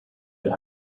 had